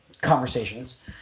conversations